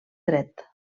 dret